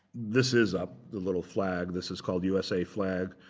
this is up, the little flag. this is called usa flag,